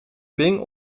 bing